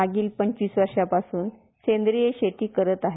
मागील पंचवीस वर्षांपासून सेंद्रीय शेती करत आहे